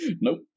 Nope